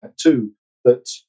too—that